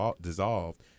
dissolved